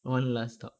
one last talk